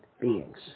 beings